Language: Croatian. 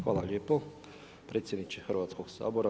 Hvala lijepo predsjedniče Hrvatskog sabora.